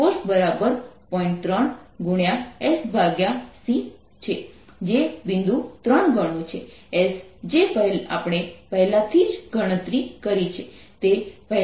3× Sc છે જે બિંદુ 3 ગણો છે s જે આપણે પહેલેથી જ ગણતરી કરી છે તે પહેલાથી જ 13503×108 છે